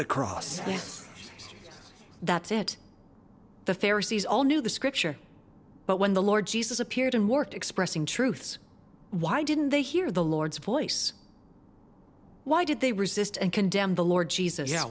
the cross that's it the fair sees all knew the scripture but when the lord jesus appeared and worked expressing truths why didn't they hear the lord's voice why did they resist and condemn the lord jesus